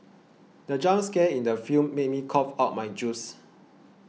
the jump scare in the film made me cough out my juice